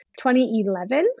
2011